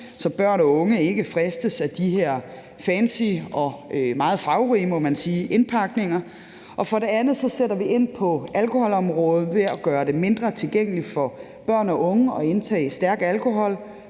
så børn og unge ikke fristes af de her fancy og meget farverige, må man sige, indpakninger. For det andet sætter vi ind på alkoholområdet ved at gøre det mindre tilgængeligt for børn og unge at indtage stærk alkohol.